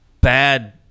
bad